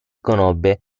conobbe